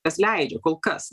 tas leidžia kol kas